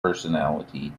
personality